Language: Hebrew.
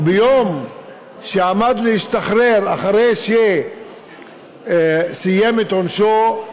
וביום שעמד להשתחרר, אחרי שסיים את עונשו,